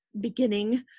beginning